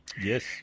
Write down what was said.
Yes